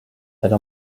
elle